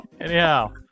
Anyhow